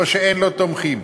או שאין לו תומכים.